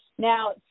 Now